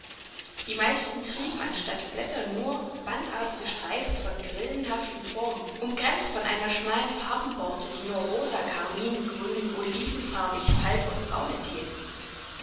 die meisten trieben anstatt blätter nur bandartige streifen von grillenhaften formen umgrenzt von einer schmalen farbenborte die nur rosa carmin grün olivenfarbig falb und braun enthielt